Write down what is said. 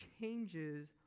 changes